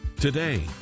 today